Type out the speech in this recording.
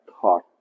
thought